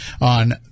on